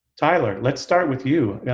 tyler let's start with you.